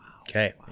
okay